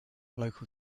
local